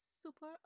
super